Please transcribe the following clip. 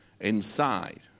Inside